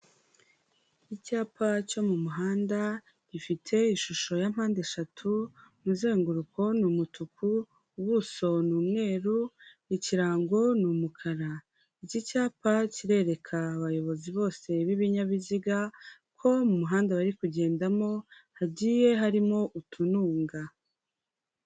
Icyapa cyo mu muhanda gifite ishusho ya mpande eshatu umuzenguruko ni umutuku, ubuso ni umweru, ikirango ni umukara, iki cyapa kirereka abayobozi bose b'ibinyabiziga ko mu muhanda bari kugendamo hagiye harimo utununga.